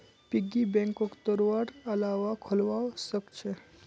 piggy बैंकक तोडवार अलावा खोलवाओ सख छ